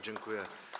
Dziękuję.